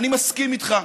אני מסכים איתך.